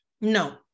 No